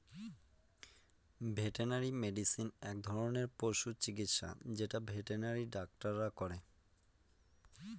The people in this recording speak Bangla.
ভেটেনারি মেডিসিন এক ধরনের পশু চিকিৎসা যেটা ভেটেনারি ডাক্তাররা করে